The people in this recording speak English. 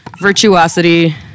Virtuosity